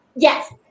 Yes